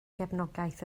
gefnogaeth